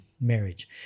marriage